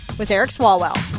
was eric swalwell.